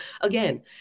again